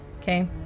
Okay